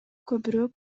көбүрөөк